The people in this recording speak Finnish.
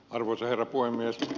arvoisa herra puhemies